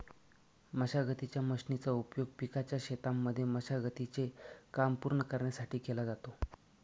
मशागतीच्या मशीनचा उपयोग पिकाच्या शेतांमध्ये मशागती चे काम पूर्ण करण्यासाठी केला जातो